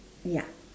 ya